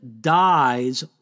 dies